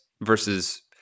versus –